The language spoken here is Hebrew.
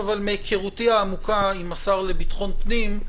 אבל מהיכרותי העמוקה עם השר לביטחון פנים,